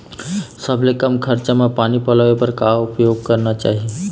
सबले कम खरचा मा पानी पलोए बर का उपाय करेक चाही?